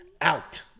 out